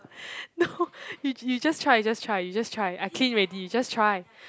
no you you just try just try you just try I key in ready just try